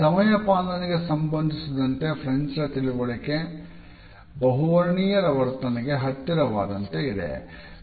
ಸಮಯಪಾಲನೆಗೆ ಸಂಬಂಧಿಸಿದಂತೆ ಫ್ರೆಂಚರ ತಿಳುವಳಿಕೆ ಬಹುವರ್ಣೀಯರ ವರ್ತನೆಗೆ ಹತ್ತಿರವಾದಂತೆ ಇದೆ